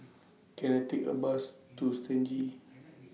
Can I Take A Bus to Stangee